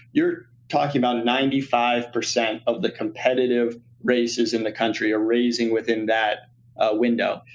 you're talking about a ninety five percent of the competitive races in the country are raised within that ah window.